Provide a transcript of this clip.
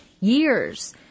years